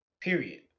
period